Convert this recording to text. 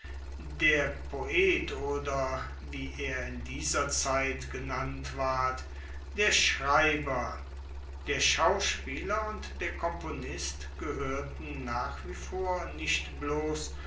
der poet oder wie er in dieser zeit genannt ward der schreiber der schauspieler und der komponist gehoerten nach wie vor nicht bloss